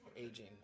aging